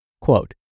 Quote